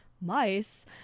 Mice